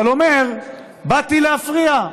אבל אומר: באתי להפריע,